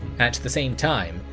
at the same time,